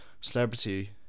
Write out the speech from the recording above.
celebrity